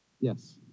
Yes